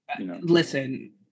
listen